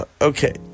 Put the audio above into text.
Okay